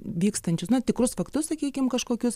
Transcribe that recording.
vykstančius na tikrus faktus sakykim kažkokius